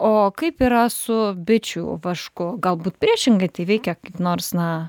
o kaip yra su bičių vašku galbūt priešingai tai veikia kaip nors na